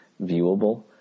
viewable